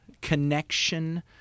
connection